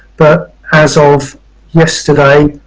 but as of yesterday,